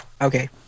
Okay